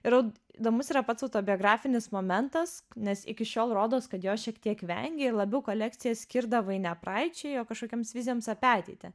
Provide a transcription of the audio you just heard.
ir įdomus yra pats autobiografinis momentas nes iki šiol rodos kad jo šiek tiek vengei ir labiau kolekcija skirdavai ne praeičiai o kažkokioms vizijoms apie ateitį